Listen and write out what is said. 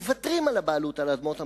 מוותרים על הבעלות על אדמות המדינה,